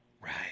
Right